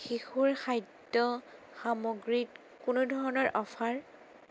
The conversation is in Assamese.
শিশুৰ খাদ্য সামগ্ৰীত কোনো ধৰণৰ অফাৰ